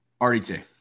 RDT